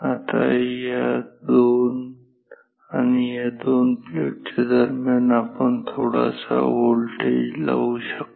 आता या दोन आणि या दोन प्लेट्स दरम्यान आपण थोडा व्होल्टेज लावू शकता